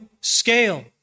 scale